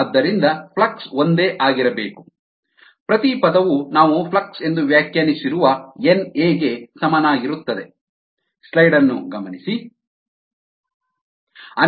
ಆದ್ದರಿಂದ ಫ್ಲಕ್ಸ್ ಒಂದೇ ಆಗಿರಬೇಕು ಪ್ರತಿ ಪದವು ನಾವು ಫ್ಲಕ್ಸ್ ಎಂದು ವ್ಯಾಖ್ಯಾನಿಸಿರುವ ಎನ್ಎ ಗೆ ಸಮನಾಗಿರುತ್ತದೆ